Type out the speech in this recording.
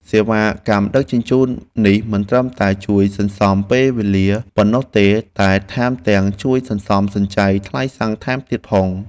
សេវាកម្មដឹកជញ្ជូននេះមិនត្រឹមតែជួយសន្សំពេលវេលាប៉ុណ្ណោះទេ តែថែមទាំងជួយសន្សំសំចៃថ្លៃសាំងថែមទៀតផង។